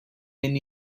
min